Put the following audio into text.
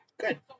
Good